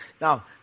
Now